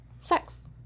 sex